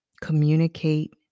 communicate